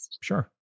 sure